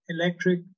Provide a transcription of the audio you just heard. Electric